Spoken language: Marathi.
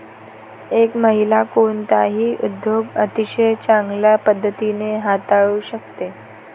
एक महिला कोणताही उद्योग अतिशय चांगल्या पद्धतीने हाताळू शकते